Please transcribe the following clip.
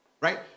Right